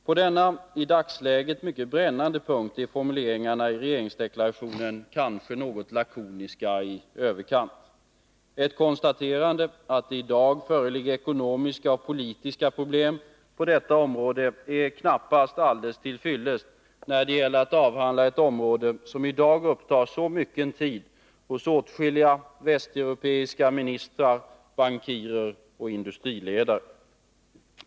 På denna i dagsläget mycket brännande punkt är formuleringarna i regeringsdeklarationen lakoniska i överkant. Ett konstaterande att det i dag föreligger ekonomiska och politiska problem på detta område är knappast till fyllest när det gäller att avhandla ett område som i dag upptar så mycken tid hos åtskilliga västeuropeiska ministrar, bankirer och industriledare.